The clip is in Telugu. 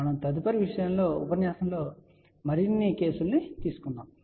మనం తదుపరి ఉపన్యాసంలో మరిన్ని కేసులను తీసుకుంటాము